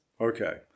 Okay